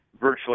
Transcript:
virtually